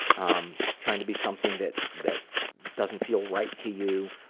um trying to be something that that doesn't feel right to you.